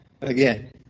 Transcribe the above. Again